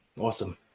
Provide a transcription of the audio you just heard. awesome